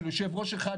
של יושב-ראש אחד,